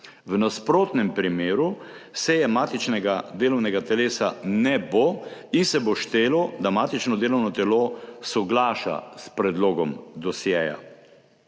V nasprotnem primeru seje matičnega delovnega telesa ne bo in se bo štelo, da matično delovno telo soglaša s predlogom dosjeja.